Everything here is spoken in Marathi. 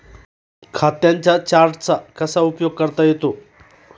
खात्यांच्या चार्टचा कसा उपयोग करता येतो?